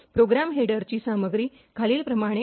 program हेडरची सामग्री खालीलप्रमाणे आहे